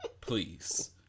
Please